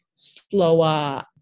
Slower